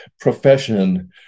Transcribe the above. profession